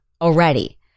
already